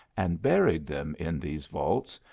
and buried them in these vaults,